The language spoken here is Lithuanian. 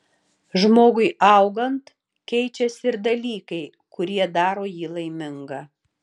žmogui augant keičiasi ir dalykai kurie daro jį laimingą